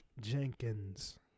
Jenkins